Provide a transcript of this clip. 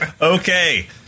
Okay